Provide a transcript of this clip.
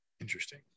Interesting